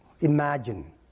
imagine